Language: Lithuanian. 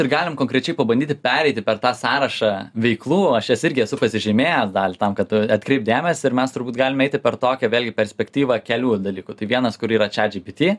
ir galim konkrečiai pabandyti pereiti per tą sąrašą veiklų aš jas irgi esu pasižymėjęs dalį tam kad atkreipt dėmesį ir mes turbūt galim eiti per tokią vėlgi perspektyvą kelių dalykų tai vienas kur yra čat džipiti